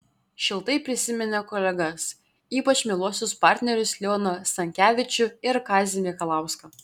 šiltai prisiminė kolegas ypač mieluosius partnerius leoną stankevičių ir kazį mikalauską